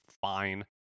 fine